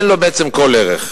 אין לו בעצם כל ערך.